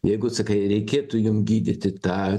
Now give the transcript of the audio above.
jeigu sakai reikėtų jum gydyti tą